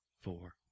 four